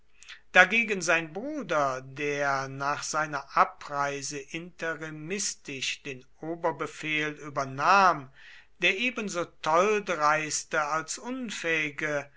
dagegen sein bruder der nach seiner abreise interimistisch den oberbefehl übernahm der ebenso tolldreiste als unfähige